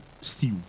steel